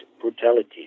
brutality